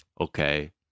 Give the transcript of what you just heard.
okay